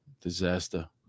disaster